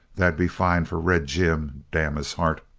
that'd be fine for red jim, damn his heart!